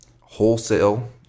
wholesale –